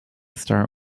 start